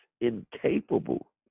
incapable